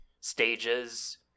stages